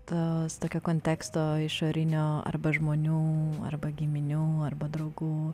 tas tokio konteksto išorinio arba žmonių arba giminių arba draugų